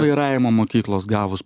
vairavimo mokyklos gavus